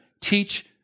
teach